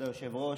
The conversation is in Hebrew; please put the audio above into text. כבוד היושב-ראש,